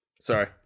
Sorry